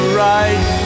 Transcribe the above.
right